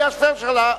זו שאלה קצרה.